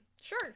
Sure